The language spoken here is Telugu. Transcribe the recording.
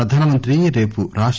ప్రధానమంత్రి రేపు రాష్ట